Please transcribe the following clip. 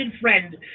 friend